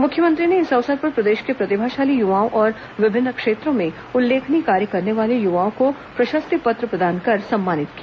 मुख्यमंत्री ने इस अवसर पर प्रदेश के प्रतिभाशाली य्वाओं और विभिन्न क्षेत्रों में उल्लेखनीय कार्य करने वाले युवाओं को प्रशस्ति पत्र प्रदान कर सम्मानित किया